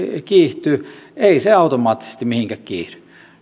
kiihtyy ei se automaattisesti mihinkään kiihdy